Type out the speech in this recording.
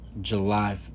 July